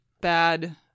bad